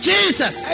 Jesus